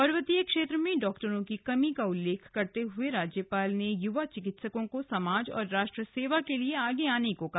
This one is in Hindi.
पर्वतीय क्षेत्र में डाक्टरों की कमी का उल्लेख करते हए राज्यपाल ने युवा चिकित्सकों को समाज और राष्ट्र सेवा के लिए आगे आने को कहा